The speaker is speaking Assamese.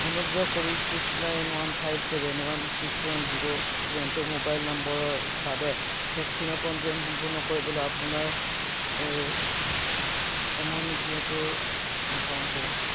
অনুগ্ৰহ কৰি six nine one five seven one six one zero seven two mobile নম্বৰৰ বাবে ভেকচিনৰ পঞ্জীয়ন সম্পূৰ্ণ কৰিবলৈ আপোনাৰ টো একাউণ্ট কৰক